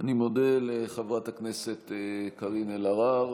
אני מודה לחברת הכנסת קארין אלהרר,